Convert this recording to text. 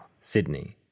Sydney